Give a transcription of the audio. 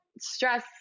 stress